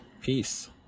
peace